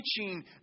teaching